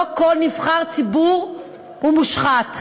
לא כל נבחר ציבור הוא מושחת.